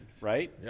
right